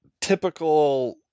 typical